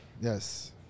Yes